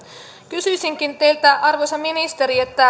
kysyisinkin teiltä arvoisa ministeri